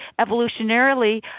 evolutionarily